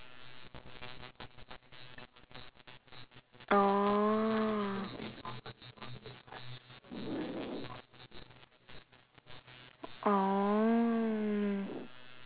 oh oh